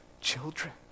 children